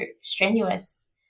strenuous